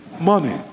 money